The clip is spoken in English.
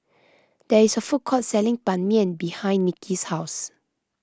there is a food court selling Ban Mian behind Niki's house